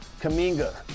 Kaminga